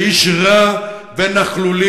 זה איש רע ונכלולי,